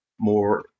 more –